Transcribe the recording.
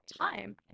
time